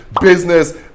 business